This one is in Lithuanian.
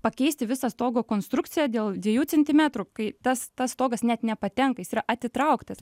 pakeisti visą stogo konstrukciją dėl dviejų centimetrų kai tas tas stogas net nepatenka jis yra atitrauktas